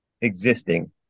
existing